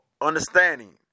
understanding